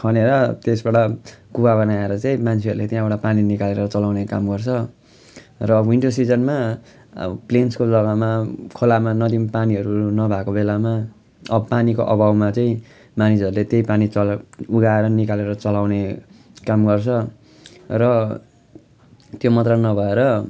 खनेर त्यसबाट कुवा बनाएर चाहिँ मान्छेहरूले त्यहाँबाट पानी निकालेर चलाउने काम गर्छ र विन्टर सिजनमा अब् प्लेन्सको जगामा खोलामा नदीमा पानीहरू नभएको बेलामा अब पानीको अभावमा चाहिँ मानिसहरूले त्यही पानी चल् उघाएर निकालेर चलाउने काम गर्छ र त्यो मात्र नभएर